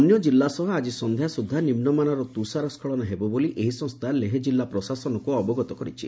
ଅନ୍ୟ ଜିଲ୍ଲା ସହ ଆଜି ସନ୍ଧ୍ୟା ସୁଦ୍ଧା ନିମ୍ବମାନର ତୁଷାର ସ୍କଳନ ହେବ ବୋଲି ଏହି ସଂସ୍ଥା ଲେହ ଜିଲ୍ଲା ପ୍ରଶାସନକୁ ଅବଗତ କରିଛି